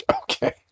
Okay